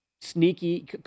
sneaky